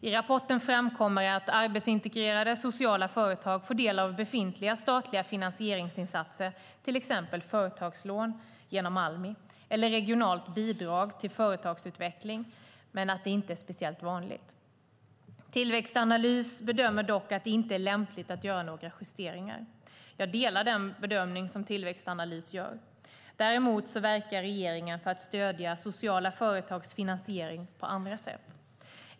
I rapporten framkommer att arbetsintegrerande sociala företag får del av befintliga statliga finansieringsinsatser, till exempel företagslån genom Almi eller regionalt bidrag till företagsutveckling, men att det inte är speciellt vanligt. Tillväxtanalys bedömer dock att det inte är lämpligt att göra några justeringar. Jag delar den bedömning som Tillväxtanalys gör. Däremot verkar regeringen för att stödja sociala företags finansiering på andra sätt.